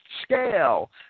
scale